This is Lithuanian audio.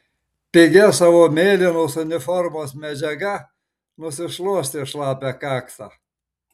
pigia savo mėlynos uniformos medžiaga nusišluostė šlapią kaktą